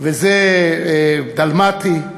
וזה דלמטי,